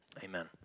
Amen